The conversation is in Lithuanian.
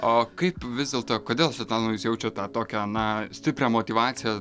o kaip vis dėlto kodėl svetlana jūs jaučiat tą tokią na stiprią motyvaciją